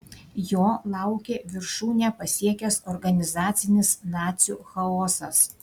jo laukė viršūnę pasiekęs organizacinis nacių chaosas